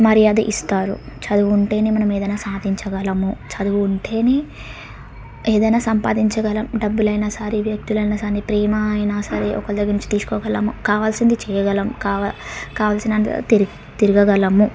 మర్యాద ఇస్తారు చదువు ఉంటేనే మనం ఏదన్న సాధించగలము చదువు ఉంటేనే ఏదన్న సంపాదించగలం డబ్బులైన సరే వ్యక్తులైన సరే ప్రేమ అయినా సరే ఒకల దగ్గర నుంచి తీసుకోగలము కావాల్సింది చేయగలం కావాలి కావలసినంత తిరిగి తిరగగలము